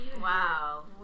wow